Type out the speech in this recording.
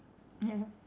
ya